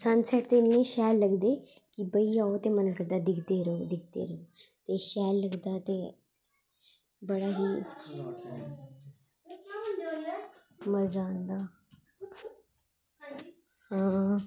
sunset ते इन्नैं शैल लगदे कि मन करदा दिखदे गै रवो दिखदे गै रवो ते सैल लगदा ते बड़ा ही मज़ा आंदा हां